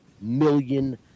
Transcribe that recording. million